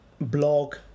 blog